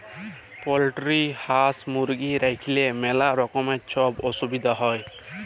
poultry হাঁস, মুরগি রাইখলেই ম্যালা রকমের ছব অসুবিধা হ্যয়